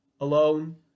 alone